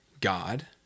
god